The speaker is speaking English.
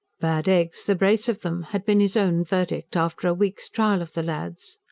bad eggs, the brace of them! had been his own verdict, after a week's trial of the lads.